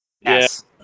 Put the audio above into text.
Yes